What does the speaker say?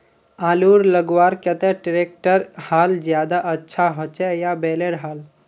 आलूर लगवार केते ट्रैक्टरेर हाल ज्यादा अच्छा होचे या बैलेर हाल?